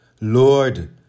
Lord